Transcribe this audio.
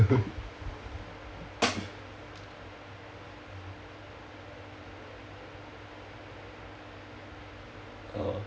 uh